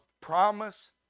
promise